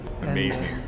amazing